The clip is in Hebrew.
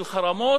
של חרמות,